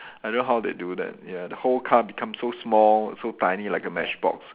I don't know how they do that ya the whole car become so small so tiny like a matchbox